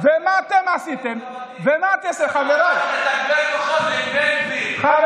הוא עכשיו מתגבר כוחות עם בן גביר.